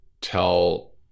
tell